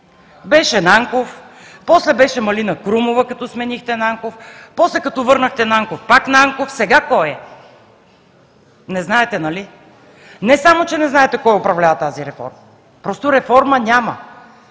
Беше Нанков, после беше Малина Крумова, като сменихте Нанков, после като върнахте Нанков – пак Нанков. Сега кой е? Не знаете, нали? Не само че не знаете кой управлява тази реформа, просто реформа няма!